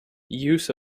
use